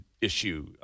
issue